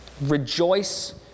Rejoice